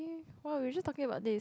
oh we were just talking about this